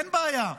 אין בעיה.